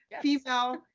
female